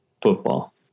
Football